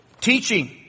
Teaching